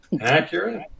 Accurate